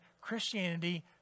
Christianity